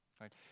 right